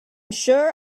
sure